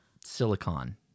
Silicon